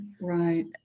Right